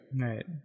Right